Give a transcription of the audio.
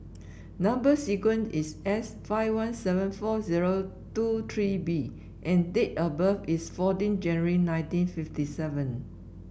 number sequence is S five one seven four zero two three B and date of birth is fourteen January nineteen fifty seven